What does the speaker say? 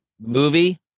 Movie